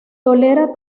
tolera